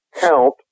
count